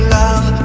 love